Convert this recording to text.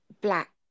black